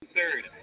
third